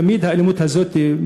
תמיד האלימות הזאת,